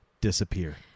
disappear